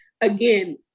Again